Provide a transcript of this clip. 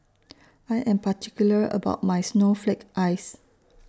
I Am particular about My Snowflake Ice